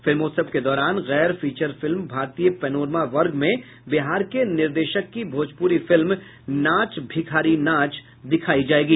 फिल्मोत्सव के दौरान गैर फीचर फिल्म भारतीय पैनोरमा वर्ग में बिहार के निर्देशक की भोजपुरी फिल्म नाच भिखारी नाच दिखाई जायेगी